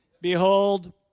Behold